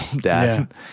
Dad